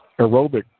aerobic